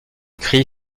cri